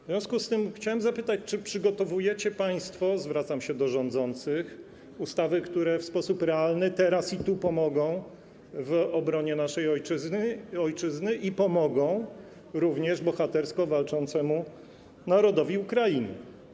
W związku z tym chciałem zapytać: Czy przygotowujecie państwo - zwracam się do rządzących - ustawy, które w sposób realny teraz i tu pomogą w obronie naszej ojczyzny i pomogą również bohatersko walczącemu narodowi Ukrainy?